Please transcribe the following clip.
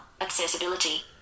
Accessibility